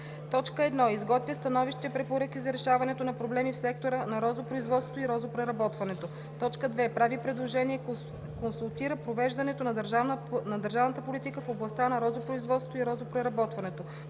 съвет: 1. изготвя становища и препоръки за решаването на проблеми в сектора на розопроизводството и розопреработването; 2. прави предложения и консултира провеждането на държавната политика в областта на розопроизводството и розопреработването;